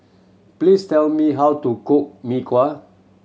please tell me how to cook Mee Kuah